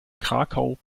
krakau